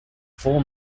four